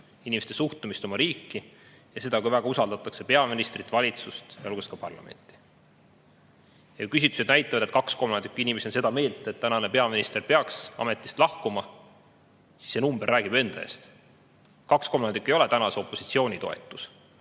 inimeste suhtumist oma riiki ja seda, kui palju usaldatakse peaministrit, valitsust, sealhulgas ka parlamenti. Küsitlused näitavad, et kaks kolmandikku inimestest on seda meelt, et peaminister peaks ametist lahkuma. See number räägib enda eest. Kaks kolmandikku ei ole tänase opositsiooni toetus